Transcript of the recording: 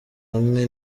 hamwe